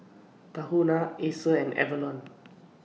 Tahuna Acer and Avalon